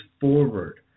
forward